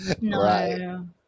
no